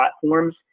platforms